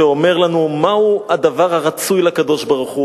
שאומר לנו מהו הדבר הרצוי לקדוש-ברוך-הוא.